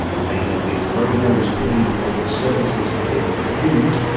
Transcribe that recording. faina viktorovna was paid for her services with food.